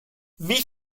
wie